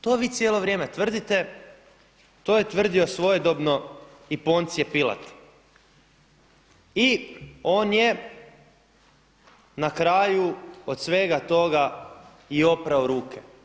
To vi cijelo vrijeme tvrdite, to je tvrdio svojedobno i Poncije Pilat i on je na kraju od svega toga i oprao ruke.